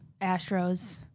Astros